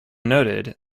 noted